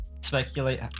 speculate